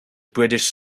british